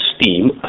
steam